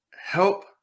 help